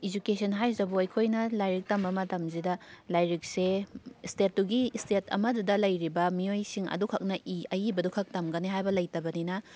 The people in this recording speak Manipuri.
ꯏꯖꯨꯀꯦꯁꯟ ꯍꯥꯏꯁꯤꯇꯕꯨ ꯑꯩꯈꯣꯏꯅ ꯂꯥꯏꯔꯤꯛ ꯇꯝꯕ ꯃꯇꯝꯁꯤꯗ ꯂꯥꯏꯔꯤꯛꯁꯦ ꯏꯁꯇꯦꯠꯇꯨꯒꯤ ꯁꯏꯇꯦꯠ ꯑꯃꯗꯨꯗ ꯂꯩꯔꯤꯕ ꯃꯤꯑꯣꯏꯁꯤꯡ ꯑꯗꯨꯈꯛꯅ ꯏ ꯑꯏꯕꯗꯨꯈꯛ ꯇꯝꯒꯅꯦ ꯍꯥꯏꯕ ꯂꯩꯇꯕꯅꯤꯅ